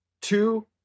Two